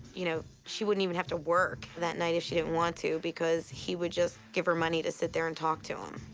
you know, she wouldn't even have to work that night if she didn't want to because he would just give her money to sit there and talk to him.